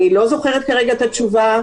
אני לא זוכרת כרגע מה התשובה.